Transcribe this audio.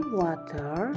water